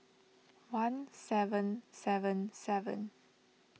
one seven seven seven